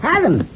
Adam